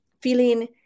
feeling